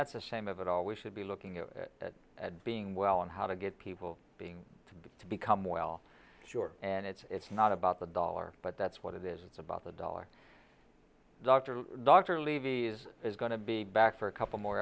that's a shame of it all we should be looking at being well and how to get people being to become well short and it's not about the dollar but that's what it is it's about the dollar dr dr levy is is going to be back for a couple more